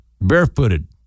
barefooted